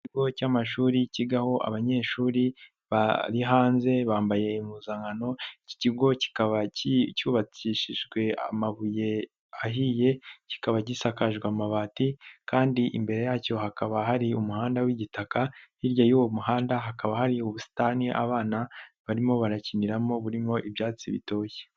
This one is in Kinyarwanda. Ikigo cy'amashuri kigaho abanyeshuri bari hanze bambaye impuzankano, iki kigo kikaba cyubakishijwe amabuye ahiye kikaba gisakaje amabati kandi imbere yacyo hakaba hari umuhanda w'igitaka, hirya y'uwo muhanda hakaba hari ubusitani abana barimo banakiniramo burimo ibyatsi bitoshye.